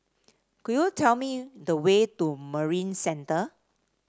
could you tell me the way to Marina Centre